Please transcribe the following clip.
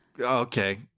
okay